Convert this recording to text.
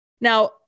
Now